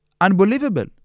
unbelievable